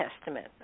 Testament